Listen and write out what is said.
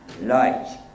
light